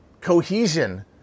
cohesion